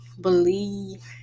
believe